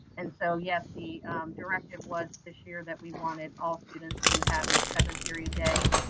and so, yes, the directive was this year that we wanted all students to have a seven period day.